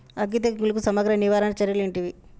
అగ్గి తెగులుకు సమగ్ర నివారణ చర్యలు ఏంటివి?